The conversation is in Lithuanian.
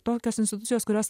tokios institucijos kurios